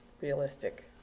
realistic